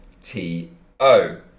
T-O